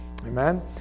Amen